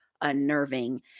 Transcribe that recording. unnerving